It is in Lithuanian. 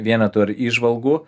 vienetų ar įžvalgų